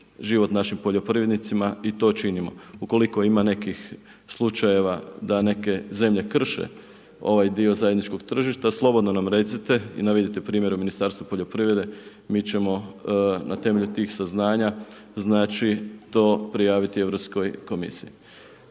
život našim poljoprivrednicima i to činimo. Ukoliko ima nekih slučajeva, da neke zemlje krše ovaj dio zajedničkog tržišta, slobodno nam recite i navedite primjere ministarstva poljoprivrede mi ćemo na temelju tih saznanja to prijaviti Europskoj komisiji.